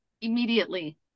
immediately